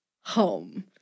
home